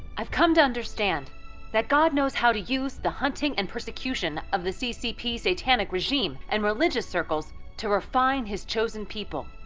i've come to understand that god knows how to use the hunting and persecution of the ccp satanic regime and religious circles to refine his chosen people.